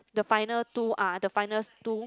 the final two ah the final two